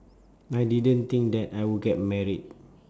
I didn't think that I would get married